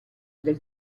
del